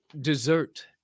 dessert